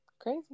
Crazy